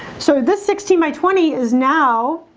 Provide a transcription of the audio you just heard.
so this sixteen by twenty is now